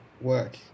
work